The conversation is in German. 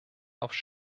auf